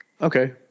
Okay